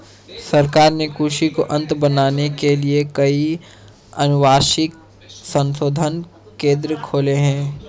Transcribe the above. सरकार ने कृषि को उन्नत बनाने के लिए कई अनुवांशिक संशोधन केंद्र खोले हैं